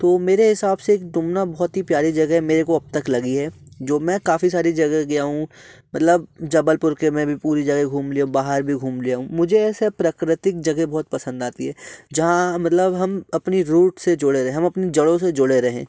तो मेरे हिसाब से डूमना बहुत ही प्यारी जगह मेरे को अब तक लगी है जो मैं काफ़ी सारी जगह गया हूँ मतलब जबलपुर के मैं भी पूरी जगह घूम लिया बाहर भी घूम लिया हूँ मुझे ऐसा प्राकृतिक जगह बहुत पसंद आती है जहाँ मतलब हम अपनी रूट से जुड़े रहें हम अपनी जड़ों से जुड़े रहें